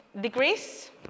degrees